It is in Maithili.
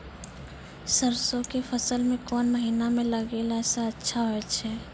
सरसों के फसल कोन महिना म लगैला सऽ अच्छा होय छै?